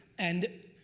and